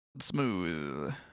smooth